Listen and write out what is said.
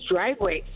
driveway